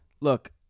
look